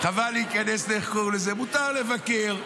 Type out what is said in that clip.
מותר לבקר,